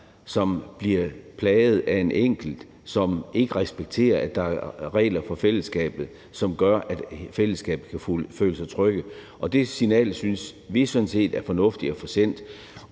som bliver plaget af en enkelt, som ikke respekterer, at der er regler for fællesskabet, som gør, at alle i fællesskabet kan føle sig trygge. Og det signal synes vi sådan set er fornuftigt at få sendt.